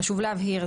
חשוב להבהיר.